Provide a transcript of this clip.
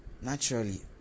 Naturally